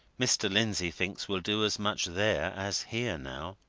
mr. lindsey thinks we'll do as much there as here, now.